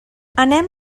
anem